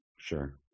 Sure